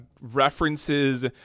references